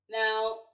Now